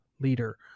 leader